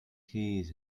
keys